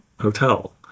hotel